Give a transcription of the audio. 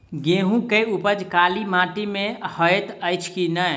गेंहूँ केँ उपज काली माटि मे हएत अछि की नै?